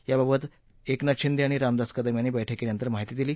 याबाबत एकनाथ शिंदे आणि रामदास कदम यांनी बस्कीनंतर माहिती दिली